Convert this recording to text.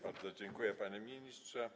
Bardzo dziękuję, panie ministrze.